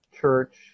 church